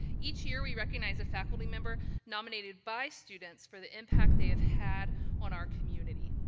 each year we recognize a faculty member nominated by students for the impact they have had on our community.